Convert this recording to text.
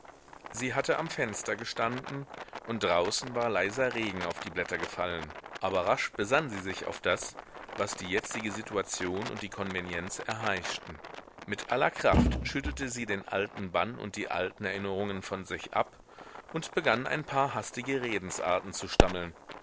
sie hatte am fenster gestanden und draußen war leiser regen auf die blätter gefallen aber rasch besann sie sich auf das was die jetzige situation und die konvenienz erheischten mit aller kraft schüttelte sie den alten bann und die alten erinnerungen von sich ab und begann ein paar hastige redensarten zu stammeln